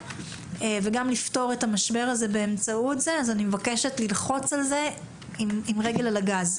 וגם כך לפתור את המשבר הזה אז אני מבקשת ללחוץ על זה עם רגל על הגז.